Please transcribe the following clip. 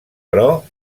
però